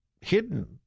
hidden